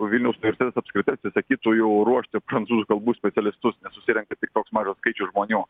vilniaus universitetas apskritai atsisakytų jau ruošti prancūzų kalbų specialistus nes susirenka tik toks mažas skaičius žmonių